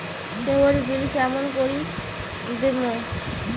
কেবল bill কেমন করি দিম?